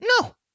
No